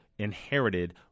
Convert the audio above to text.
inherited